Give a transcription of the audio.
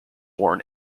born